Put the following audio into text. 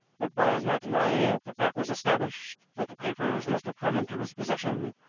but by his not denying it, the fact was established that the papers must have come into his possession,